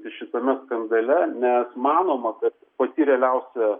šitame skandale nes manoma kad pati realiausia